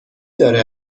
داره